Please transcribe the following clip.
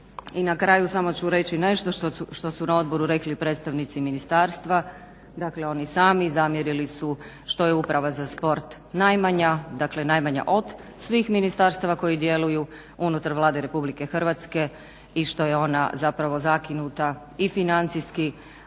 I na kraju samo ću reći nešto što su na odboru rekli predstavnici ministarstva, dakle oni sami zamjerili su što je Uprava za sport najmanja, dakle najmanja od svih ministarstava koji djeluju unutar Vlade RH i što je ona zakinuta i financijski,